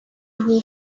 who